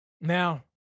Now